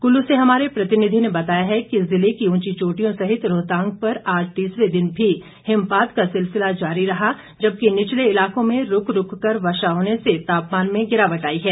कुल्लू से हमारे प्रतिनिधि ने बताया कि जिले की ऊंची चोटियों सहित रोहतांग पर आज तीसरे दिन भी हिमपात का सिलसिला जारी रहा जबकि निचले इलाकों में रूक रूक कर वर्षा होने से तापमान में गिरावट आई है